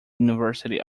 university